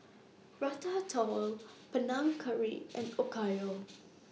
Ratatouille Panang Curry and Okayu